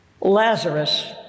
Lazarus